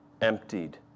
Emptied